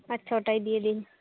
আচ্ছা ওটাই দিয়ে দিন